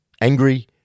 angry